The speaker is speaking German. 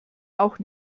auch